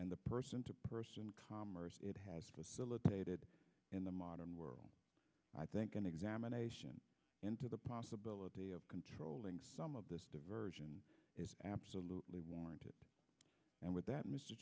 and the person to person commerce it has facilitated in the modern world i think an examination into the possibility of controlling some of this diversion is absolutely warranted and with that mr